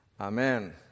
Amen